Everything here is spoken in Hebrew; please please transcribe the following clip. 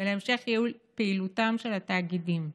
ולהמשך ייעול פעילותם של התאגידים.